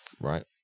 right